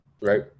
Right